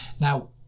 Now